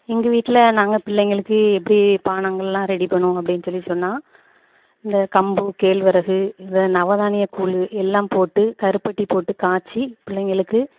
எங்கள் வீட்டில நாங்கள் பிள்ளைங்களுக்கு எப்படி பானங்கள்லாம் ரெடி பண்ணுவோம் அப்படின்னு சொல்லி சொன்னால் இந்த கம்பு கேழ்வரகு இதை நவதானிய கூழ் எல்லாம் போட்டு கருப்பட்டி போட்டு காய்ச்சி பிள்ளைங்களுக்கு